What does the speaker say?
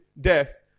death